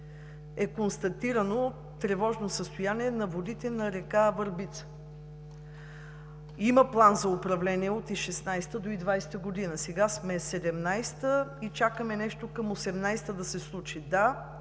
е констатирано тревожно състояние на водите на река Върбица. Има план за управление от 2016 г. до 2020 г. Сега сме 2017 г. и чакаме да се случи